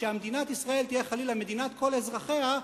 כשמדינת ישראל תהיה חלילה מדינת כל אזרחיה,